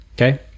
Okay